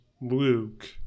Luke